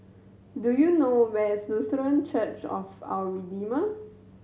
do you know where is Lutheran Church of Our Redeemer